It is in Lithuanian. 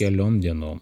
keliom dienom